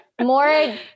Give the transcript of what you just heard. more